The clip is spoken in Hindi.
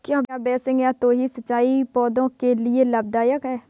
क्या बेसिन या द्रोणी सिंचाई पौधों के लिए लाभदायक है?